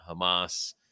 Hamas